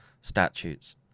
statutes